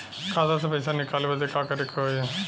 खाता से पैसा निकाले बदे का करे के होई?